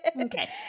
Okay